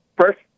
First